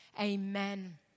Amen